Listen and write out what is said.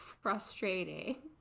frustrating